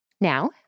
Now